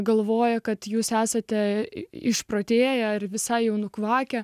galvoja kad jūs esate išprotėję ar visai nukvakę